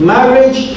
Marriage